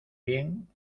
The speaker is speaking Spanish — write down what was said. bien